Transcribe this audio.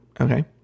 okay